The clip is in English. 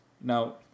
Now